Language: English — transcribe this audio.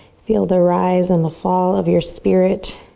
feel the rise and the fall of your spirit.